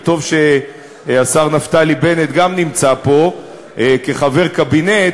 וטוב שהשר נפתלי בנט גם נמצא פה כחבר קבינט.